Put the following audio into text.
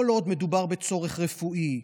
כל עוד מדובר בצורך רפואי,